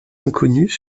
inconnus